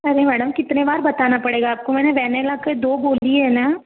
अरे मैडम कितने बार बताना पड़ेगा आपको मैंने वेनेला के दो बोली हैं ना